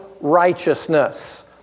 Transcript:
righteousness